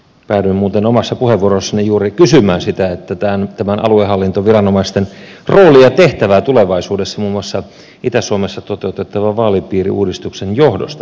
päädyin muuten omassa puheenvuorossani juuri kysymään aluehallintoviranomaisten roolia ja tehtävää tulevaisuudessa muun muassa itä suomessa toteuttavan vaalipiiriuudistuksen johdosta